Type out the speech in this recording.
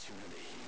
opportunity